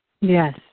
Yes